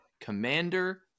Commander